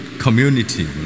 community